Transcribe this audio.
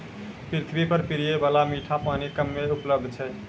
पृथ्वी पर पियै बाला मीठा पानी कम्मे उपलब्ध छै